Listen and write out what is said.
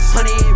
Honey